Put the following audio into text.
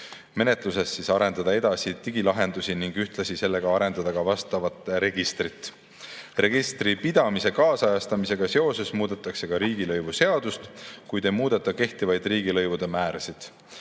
relvaloamenetluses arendada edasi digilahendusi ning ühtlasi arendada vastavat registrit. Registripidamise kaasajastamisega seoses muudetakse riigilõivuseadust, kuid ei muudeta kehtivaid riigilõivude määrasid.